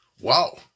Wow